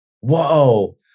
whoa